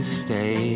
stay